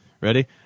Ready